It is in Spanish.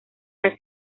las